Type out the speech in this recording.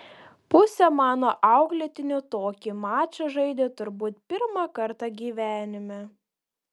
pusė mano auklėtinių tokį mačą žaidė turbūt pirmą kartą gyvenime